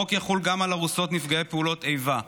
החוק יחול גם על ארוסות נפגעי פעולות איבה,